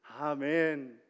Amen